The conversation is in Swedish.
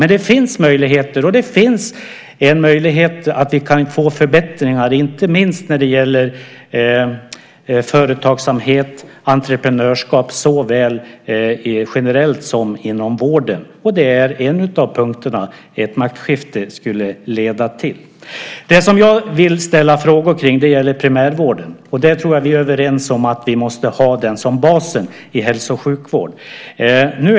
Men det finns möjligheter, och det finns en möjlighet att vi kan få förbättringar inte minst när det gäller företagsamhet och entreprenörskap såväl generellt som inom vården. Det är en av punkterna som ett maktskifte skulle leda till. Det som jag vill ställa frågor om gäller primärvården. Jag tror att vi är överens om att vi måste ha den som bas i hälso och sjukvården.